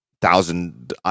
thousand